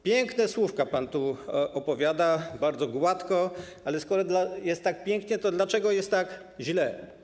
Piękne słówka pan tu opowiada, bardzo gładko, ale skoro jest tak pięknie, to dlaczego jest tak źle?